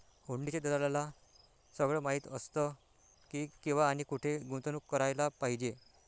हुंडीच्या दलालाला सगळं माहीत असतं की, केव्हा आणि कुठे गुंतवणूक करायला पाहिजे